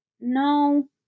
no